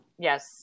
yes